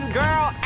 girl